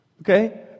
okay